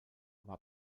war